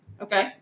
Okay